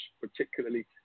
particularly